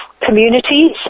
communities